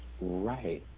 Right